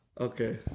Okay